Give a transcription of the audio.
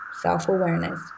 Self-awareness